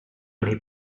nei